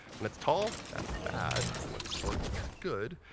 when it's tall, that's bad. and when it's short, that's good.